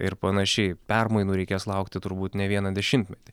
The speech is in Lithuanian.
ir panašiai permainų reikės laukti turbūt ne vieną dešimtmetį